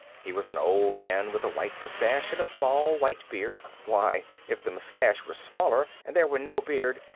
he was an old man, with a white mustache and a small white beard why, if the mustache were smaller and there were no beard,